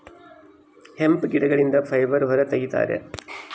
hemp ಗಿಡಗಳಿಂದ fibre ಹೊರ ತಗಿತರೆ